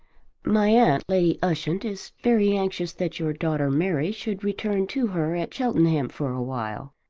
my aunt, lady ushant, is very anxious that your daughter mary should return to her at cheltenham for a while.